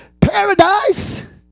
paradise